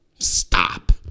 stop